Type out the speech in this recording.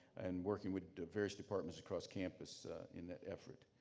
and working with various departments across campus in that effort.